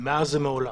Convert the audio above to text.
מאז ומעולם.